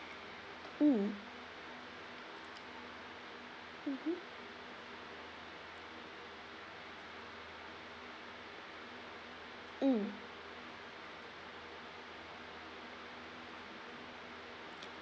mm mmhmm mm